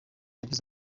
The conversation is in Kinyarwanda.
yagize